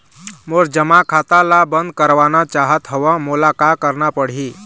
मोर जमा खाता ला बंद करवाना चाहत हव मोला का करना पड़ही?